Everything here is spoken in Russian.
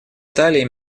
италии